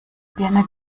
birne